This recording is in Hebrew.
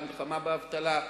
למלחמה באבטלה,